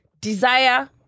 desire